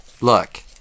Look